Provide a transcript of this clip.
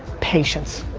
patience.